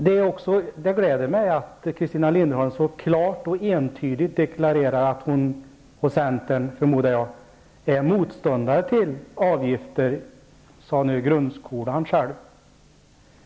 Det gläder mig att Christina Linderholm så klart och tydligt deklarerar att hon och centern är motståndare till avgifter i grundskolan.